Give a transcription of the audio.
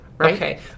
Okay